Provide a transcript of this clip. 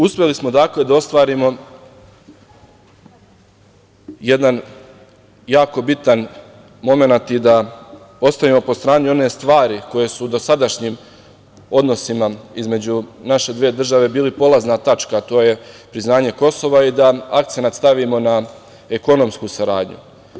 Uspeli smo da ostvarimo jedan jako bitan momenat i da ostavimo po strani one stvari koje su dosadašnjim odnosima između naše države bili polazna tačka, a to je priznanje Kosova i da akcenat stavimo na ekonomsku saradnju.